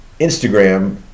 Instagram